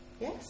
Yes